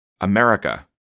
America